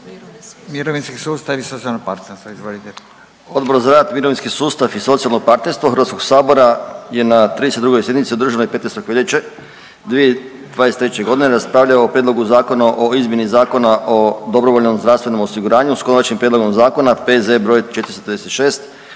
Odbor za rad, mirovinski sustav i socijalno partnerstvo HS-a je na 32. sjednici održanoj 15. veljače 2023. g. raspravljao o prijedlogu zakona o izmjeni Zakona o dobrovoljnom zdravstvenom osiguranju s konačnim prijedlogom zakona, P.Z. br. 436